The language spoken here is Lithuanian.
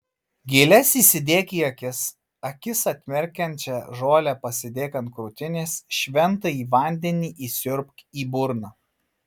gėles įsidėk į akis akis atmerkiančią žolę pasidėk ant krūtinės šventąjį vandenį įsiurbk į burną